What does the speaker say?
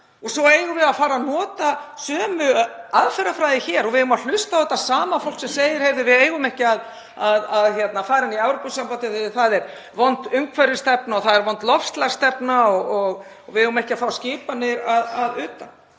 Og svo eigum við að fara að nota sömu aðferðafræði hér og við eigum að hlusta á þetta sama fólk sem segir: Við eigum ekki að fara inn í Evrópusambandið af því að þar er vond umhverfisstefna og það er vond loftslagsstefna og við eigum ekki að fá skipanir að utan.